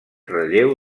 relleu